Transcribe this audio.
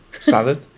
Salad